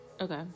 Okay